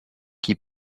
qui